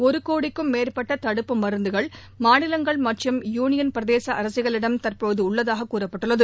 ஒருகோடிக்கும் மேற்பட்டதடுப்பு மருந்துகள் மாநிலங்கள் மற்றும் யூளியள் பிரதேசஅரசுகளிடம் தற்போதுஉள்ளதாககூறப்பட்டுள்ளது